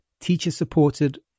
teacher-supported